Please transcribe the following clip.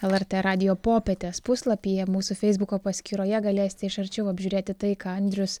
lrt radijo popietės puslapyje mūsų feisbuko paskyroje galėsite iš arčiau apžiūrėti tai ką andrius